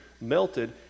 melted